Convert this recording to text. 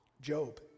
Job